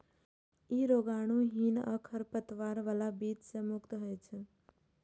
ई रोगाणुहीन आ खरपतवार बला बीज सं मुक्त होइ छै